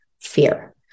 fear